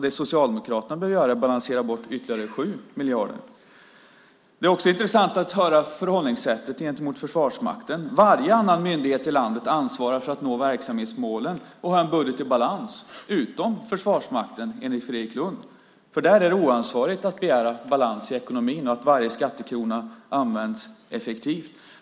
Det Socialdemokraterna behöver göra är att balansera bort ytterligare 7 miljarder. Det är också intressant att höra förhållningssättet gentemot Försvarsmakten. Varje annan myndighet i landet ansvarar för att nå verksamhetsmålen och ha en budget i balans, utom Försvarsmakten enligt Fredrik Lundh. För där är det oansvarigt att begära balans i ekonomin och att varje skattekrona används effektivt.